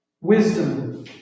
wisdom